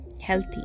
healthy